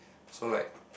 so like